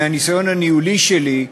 מהניסיון הניהולי שלי,